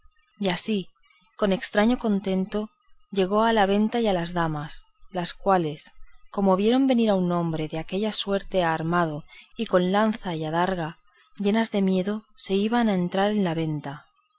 y así con estraño contento llegó a la venta y a las damas las cuales como vieron venir un hombre de aquella suerte armado y con lanza y adarga llenas de miedo se iban a entrar en la venta